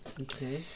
Okay